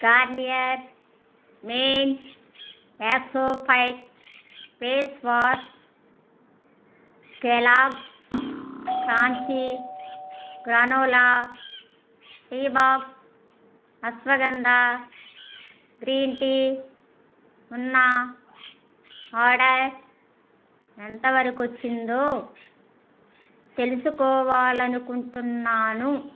Garnier Men AcnoFight face wash Kellogg's crunchy granola tea box Ashwagandha green tea ఉన్న order ఎంతవరకొచ్చిందో తెలుసుకోవాలనుకుంటున్నాను